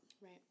right